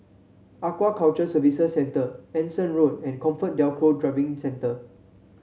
Aquaculture Services Centre Anson Road and ComfortDelGro Driving Centre